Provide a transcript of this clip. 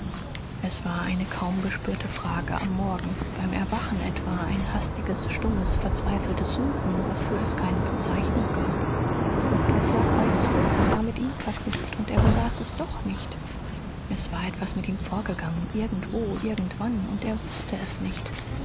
es war eine kaum gespürte frage am morgen beim erwachen etwa ein hastiges stummes verzweifeltes suchen wofür es keine bezeichnung gab es lag weit zurück es war mit ihm verknüpft und er besaß es doch nicht es war etwas mit ihm vorgegangen irgendwo irgendwann und er wußte es nicht